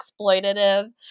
exploitative